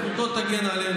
זכותו תגן עלינו.